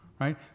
right